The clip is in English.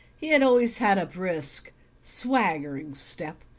he had always had a brisk swaggering step,